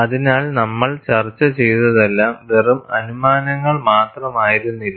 അതിനാൽ നമ്മൾ ചർച്ച ചെയ്തതെല്ലാം വെറും അനുമാനങ്ങൾ മാത്രമായിരുന്നില്ല